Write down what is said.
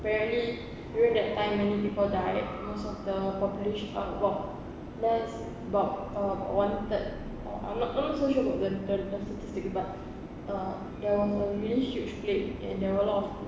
apparently during that time many people died most of the population less doctors about one third or I'm not so sure about the statistic but uh there was a really huge plague and there were a lot of